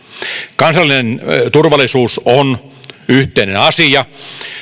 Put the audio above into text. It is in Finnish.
kansallinen turvallisuus on yhteinen asia